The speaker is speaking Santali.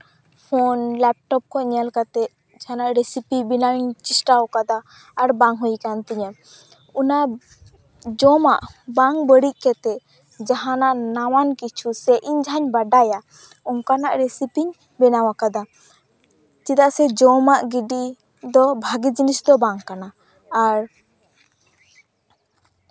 ᱯᱷᱳᱱ ᱞᱮᱯᱴᱚᱯ ᱠᱷᱚᱱ ᱧᱮᱞ ᱠᱟᱛᱮ ᱡᱟᱦᱟᱱᱟᱜ ᱨᱮᱥᱤᱯᱤ ᱵᱮᱱᱟᱣᱤᱧ ᱪᱮᱥᱴᱟᱣᱠᱟᱫᱟ ᱟᱨ ᱵᱟᱝ ᱦᱩᱭ ᱠᱟᱱ ᱛᱤᱧᱟᱹ ᱚᱱᱟ ᱡᱚᱢᱟᱜ ᱵᱟᱝ ᱵᱟᱹᱲᱤᱡ ᱠᱟᱛᱮ ᱡᱟᱦᱟᱱᱟᱜ ᱱᱟᱣᱟᱱ ᱠᱤᱪᱷᱩ ᱥᱮ ᱤᱧ ᱡᱟᱦᱟᱧ ᱵᱟᱰᱟᱭᱟ ᱚᱱᱠᱟᱱᱟᱜ ᱨᱮᱥᱤᱯᱤᱧ ᱵᱮᱱᱟᱣ ᱠᱟᱫᱟ ᱪᱮᱫᱟᱜ ᱥᱮ ᱡᱚᱢᱟᱜ ᱜᱤᱰᱤ ᱫᱚ ᱵᱷᱟᱜᱮ ᱡᱤᱱᱤᱥ ᱫᱚ ᱵᱟᱝ ᱠᱟᱱᱟ ᱟᱨ